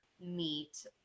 meet